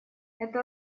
это